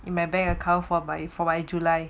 in my bank account for my for my july